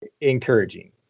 encouraging